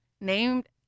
named